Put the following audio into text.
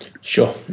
Sure